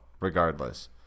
regardless